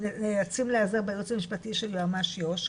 הם נאלצים להיעזר ביועץ המשפטי של יועמ"ש יו"ש,